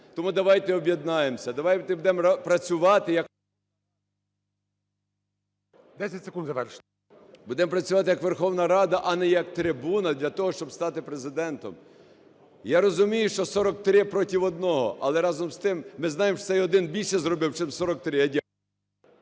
завершуйте. СПОРИШ І.Д. …будемо працювати як Верховна Рада, а не як трибуна для того, щоб стати Президентом. Я розумію, що 43 проти одного, але разом з тим ми знаємо, що цей один більше зробив, чим 43.